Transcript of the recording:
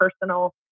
personal